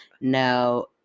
No